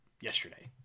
Yesterday